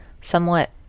somewhat